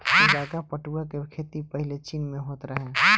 उजारका पटुआ के खेती पाहिले चीन में होत रहे